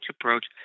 approach